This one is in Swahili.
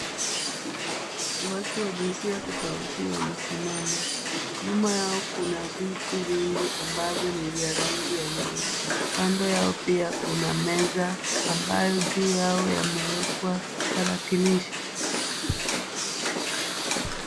Watu wa jinsia tofauti wamesimama. Nyuma yao kuna viti vingi ambavyo ni vya rangi ya nyeusi. Kando yao pia kuna meza ambayo juu yao yamewekwa tarakilishi.